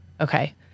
Okay